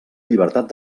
llibertat